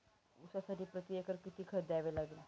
ऊसासाठी प्रतिएकर किती खत द्यावे लागेल?